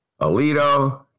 Alito